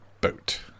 boat